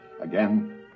Again